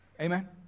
Amen